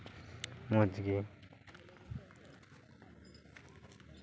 ᱢᱚᱡᱽ ᱜᱮ